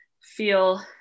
feel